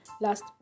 last